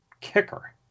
kicker